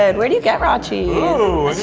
and where do you get raw cheese? ooh,